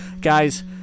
Guys